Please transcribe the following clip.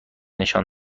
نشان